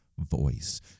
voice